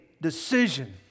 decision